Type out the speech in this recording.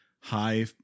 High